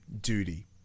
duty